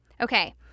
Okay